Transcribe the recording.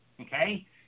Okay